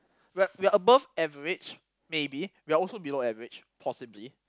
we're we're above average maybe we're also below average possibly